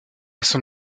son